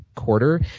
quarter